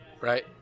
right